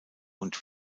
und